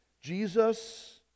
Jesus